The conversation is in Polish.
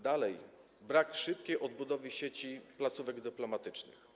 Dalej - brak szybkiej odbudowy sieci placówek dyplomatycznych.